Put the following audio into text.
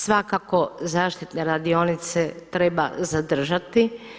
Svakako zaštitne radionice treba zadržati.